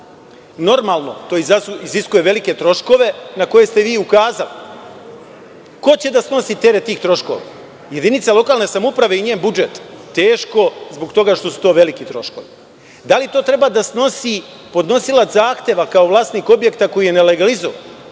tome. Normalno, to iziskuje velike troškove na koje ste vi i ukazali. Ko će da snosi teret tih troškova, jedinica lokalne samouprave i njen budžet? Teško, zbog toga što su to veliki troškovi. Da li to treba da snosi podnosilac zahteva kao vlasnik objekta koji je nelegalizovan?